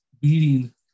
beating